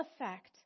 effect